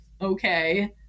okay